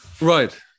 right